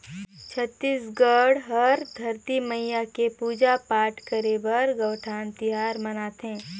छत्तीसगढ़ हर धरती मईया के पूजा पाठ करे बर कयोठन तिहार मनाथे